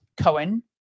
Cohen